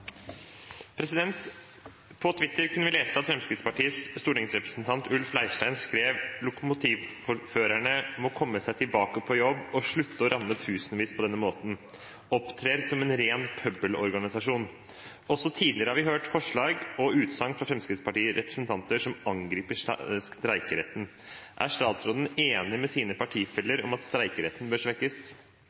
Twitter kunne vi lese at Fremskrittspartiets stortingsrepresentant Ulf Leirstein skrev: «Lokomotivførerne får komme seg tilbake på jobb og slutte å ramme tusenvis på denne måten. Opptrer som en ren pøbelorganisasjon.» Også tidligere har vi hørt forslag og utsagn fra Fremskrittspartiets representanter som angriper streikeretten. Er statsråden enig med sine partifeller om at streikeretten bør svekkes?»